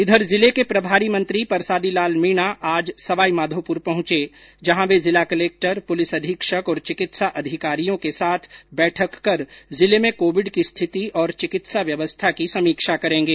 इधर जिले के प्रभारी मंत्री परसादी लाल मीणा आज सवाईमाधोपुर पहुंचे जहां वे जिला कलेक्टर पुलिस अधीक्षक और चिकित्सा अधिकारियों के साथ बैठक कर जिले में कोविड की स्थिति और चिकित्सा व्यवस्था की समीक्षा करेंगे